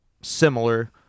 similar